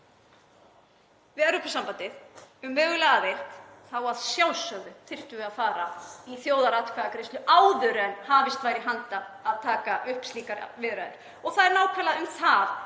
við Evrópusambandið um mögulega aðild þá að sjálfsögðu þyrftum við að fara í þjóðaratkvæðagreiðslu áður en hafist væri handa við að taka upp slíkar viðræður. Það er nákvæmlega um það